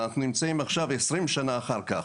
ואנחנו נמצאים עכשיו 20 שנה אחר כך.